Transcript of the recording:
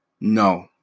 No